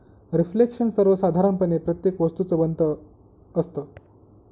reflection सर्वसाधारणपणे प्रत्येक वस्तूचं बनत असतं